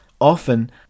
Often